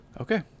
Okay